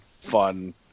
fun